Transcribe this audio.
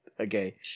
Okay